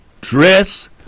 dress